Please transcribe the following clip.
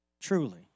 truly